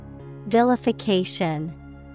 Vilification